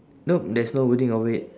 nope there's no wording overhead